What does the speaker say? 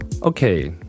Okay